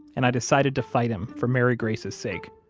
and i decided to fight him for mary grace's sake.